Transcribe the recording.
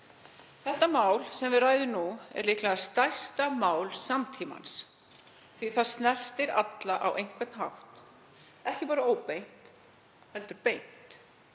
Það mál sem við ræðum nú er líklega stærsta mál samtímans. Það snertir alla á einhvern hátt, ekki bara óbeint heldur beint.